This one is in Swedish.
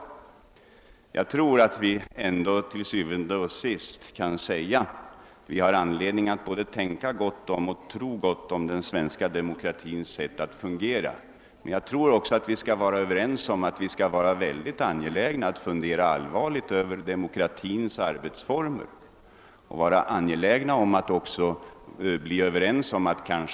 Jag tror att vi ändå til syvende og sidst kan säga, att vi har anledning att både tänka gott och tro gott om den svenska demokratins sätt att fungera. Men jag tror också att vi skall vara överens om att vi måste vara mycket angelägna om att fundera allvarligt över demokratins arbetsformer och att man kanske inte kan hantera dessa frågor hur som helst.